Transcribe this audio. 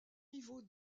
niveaux